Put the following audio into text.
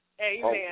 Amen